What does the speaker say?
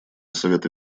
совета